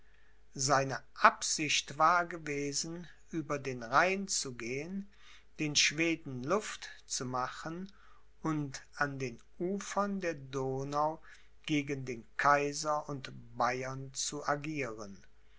seine absicht war gewesen über den rhein zu gehen den schweden luft zu machen und an den ufern der donau gegen den kaiser und bayern zu agieren